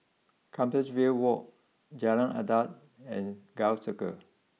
Compassvale walk Jalan Adat and Gul Circle